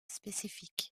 spécifiques